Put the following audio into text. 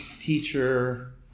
teacher